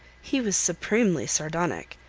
he was supremely sardonic.